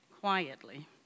quietly